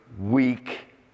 weak